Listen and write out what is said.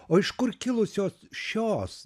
o iš kur kilusios šios